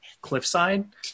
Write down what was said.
cliffside